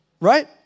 right